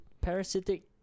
parasitic